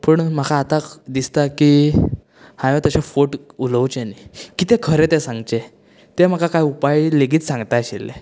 पूण म्हाका आता दिसता की हांवे तशें फोट उलोवचें न्ही कितें खरें तें सांगचें तें म्हाका कांय उपाय लेगीत सांगता आशिल्ले